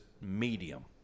medium